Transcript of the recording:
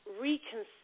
reconsider